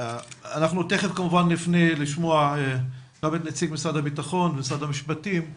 אנחנו תיכף כמובן נפנה לשמוע גם את נציג משרד הביטחון ומשרד המשפטים,